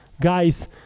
Guys